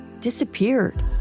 disappeared